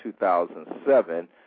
2007